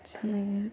ಚೆನ್ನಾಗಿರುತ್ತೆ